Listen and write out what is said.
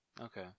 Okay